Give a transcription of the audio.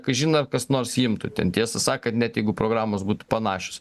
kažin ar kas nors jį imtų ten tiesą sakant net jeigu programos būti panašios